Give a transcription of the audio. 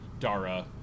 Dara